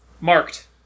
Marked